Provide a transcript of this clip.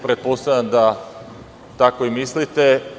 Pretpostavljam da tako i mislite.